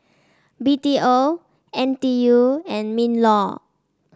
B T O N T U and Minlaw